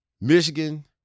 Michigan